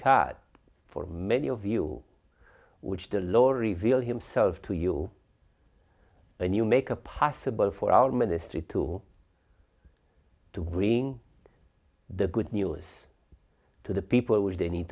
god for many of you which the law reveal himself to you and you make a possible for our ministry to to bring the good news to the people where they need